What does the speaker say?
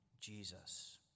Jesus